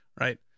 Right